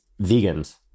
vegans